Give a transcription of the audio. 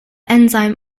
enzyme